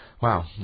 Wow